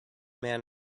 man